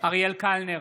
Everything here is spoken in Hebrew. אריאל קלנר,